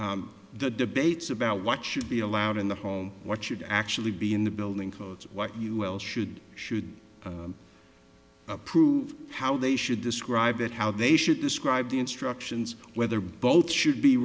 the debates about what should be allowed in the home what should actually be in the building codes what you should should approve how they should describe it how they should this i've the instructions whether both should be